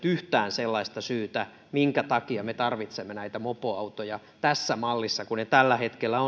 yhtään sellaista syytä minkä takia me tarvitsemme näitä mopoautoja tässä mallissa kuin ne tällä hetkellä